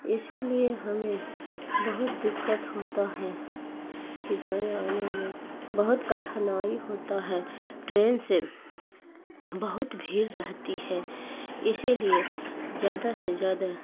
اسی لیے ہمیں بہت دقت ہوتا ہیں کہ جانے آنے میں بہت کٹھنائی ہوتا ہے ٹرین سے بہت بھیڑ رہتی ہے اسی لیے زیادہ سے زیادہ